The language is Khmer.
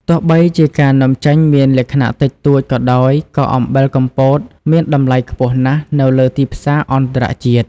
ទោះបីជាការនាំចេញមានលក្ខណៈតិចតួចក៏ដោយក៏អំបិលកំពតមានតម្លៃខ្ពស់ណាស់នៅលើទីផ្សារអន្តរជាតិ។